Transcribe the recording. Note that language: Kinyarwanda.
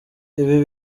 ibi